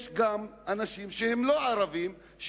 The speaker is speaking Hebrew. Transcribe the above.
יש גם אנשים שהם לא ערבים,